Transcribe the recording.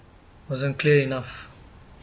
wasn't clear enough